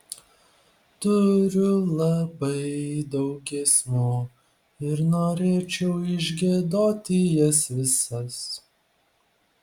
turiu labai daug giesmių ir norėčiau išgiedoti jas visas